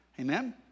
Amen